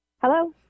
Hello